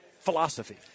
philosophy